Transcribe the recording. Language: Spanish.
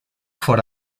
for